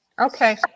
okay